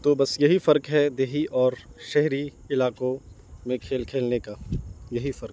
تو بس یہی فرق ہے دیہی اور شہری علاقوں میں کھیل کھیلنے کا یہی فرق ہے